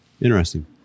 interesting